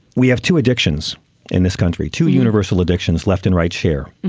we have two addictions in this country to universal addictions left and right here.